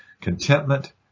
contentment